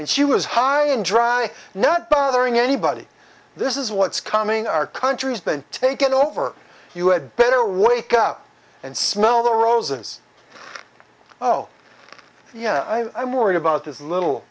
and she was high and dry not bothering anybody this is what's coming our country has been taken over you had better wake up and smell the roses oh yeah i'm worried about this little